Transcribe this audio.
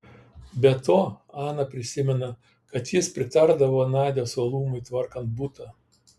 be to ana prisimena kad jis pritardavo nadios uolumui tvarkant butą